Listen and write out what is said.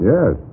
Yes